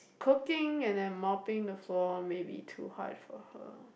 cooking and then mopping the floor maybe too hard for her